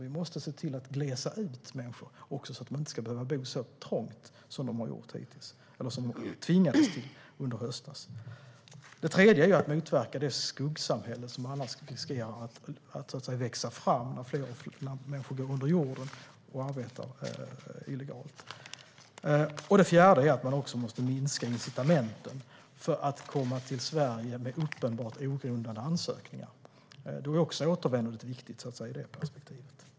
Vi måste se till att glesa ut människor så att de inte ska behöva bo på trångt som de tvingats till sedan i höstas. Det tredje är att motverka det skuggsamhälle som annars riskerar att växa fram där flera människor går under jorden och arbetar illegalt. Det fjärde är att man måste minska incitamenten för att komma till Sverige med uppenbart ogrundade asylansökningar. Då är återvändandet viktigt också ur det perspektivet.